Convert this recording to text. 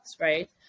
Right